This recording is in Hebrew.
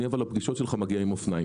אבל לפגישות שלך אני מגיע עם אופניים.